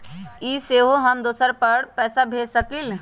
इ सेऐ हम दुसर पर पैसा भेज सकील?